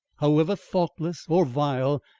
however thoughtless or vile,